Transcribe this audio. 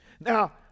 Now